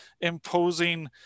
imposing